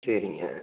சரிங்க